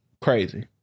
crazy